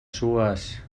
sues